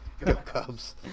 Cubs